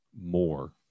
more